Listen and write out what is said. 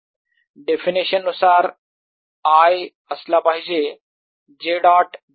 definition नुसार I असला पाहिजे j डॉट da